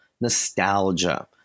nostalgia